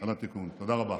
תודה רבה.